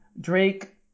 Drake